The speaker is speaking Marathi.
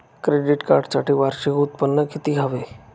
क्रेडिट कार्डसाठी वार्षिक उत्त्पन्न किती हवे?